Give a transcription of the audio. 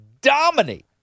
dominate